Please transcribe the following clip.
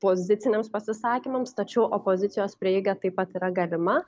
poziciniams pasisakymams tačiau opozicijos prieiga taip pat yra galima